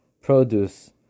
produce